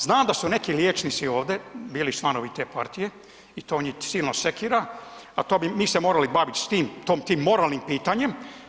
Znam da su neki liječnici ovdje bili članovi te partije i to njih silno sekira, a to bi mi se morali baviti s tim moralnim pitanjem.